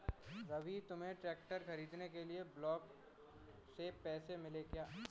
रवि तुम्हें ट्रैक्टर खरीदने के लिए ब्लॉक से पैसे मिले क्या?